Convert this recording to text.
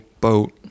boat